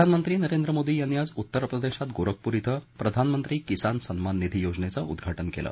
प्रधानमंत्री नरेंद्र मोदी यांनी आज उत्तर प्रदेशात गोरखपूर ॐ प्रधानमंत्री किसान सम्मान निधी योजनेचं उद्वाटन केलं